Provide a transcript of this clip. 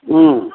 ꯎꯝ